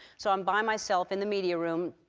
so i'm by myself in the media room.